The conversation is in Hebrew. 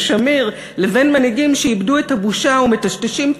שמיר לבין מנהיגים שאיבדו את הבושה ומטשטשים,